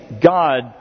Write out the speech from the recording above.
God